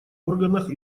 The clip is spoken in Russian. органах